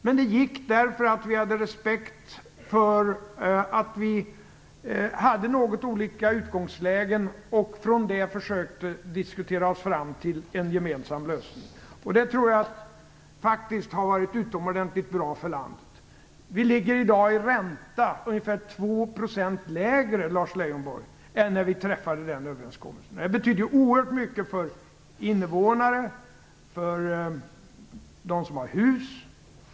Det var möjligt på grund av att vi hade respekt för våra något olika utgångslägen och därifrån försökte diskutera oss fram till en gemensam lösning. Det tror jag faktiskt har varit utomordentligt bra för landet. Räntan är i dag ungefär 2 % lägre, Lars Leijonborg, än när vi träffade den överenskommelsen. Det betyder oerhört mycket för dem som har lån på sina hus.